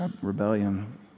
rebellion